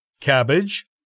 cabbage